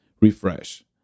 refresh